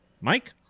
Mike